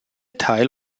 teil